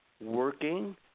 working